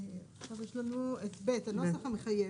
יש לנו עכשיו סעיף (ב), הנוסח המחייב.